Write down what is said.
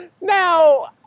Now